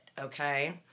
Okay